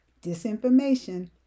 disinformation